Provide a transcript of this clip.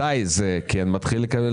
מתי זה כן מתחיל לקבל?